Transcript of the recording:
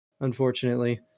unfortunately